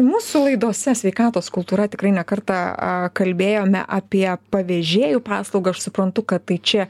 mūsų laidose sveikatos kultūra tikrai ne kartą kalbėjome apie pavėžėjų paslaugą aš suprantu kad tai čia